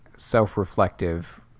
Self-reflective